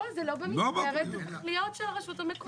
לא, זה לא במסגרת התכליות של הרשות המקומית.